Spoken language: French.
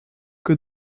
que